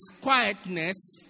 quietness